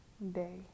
day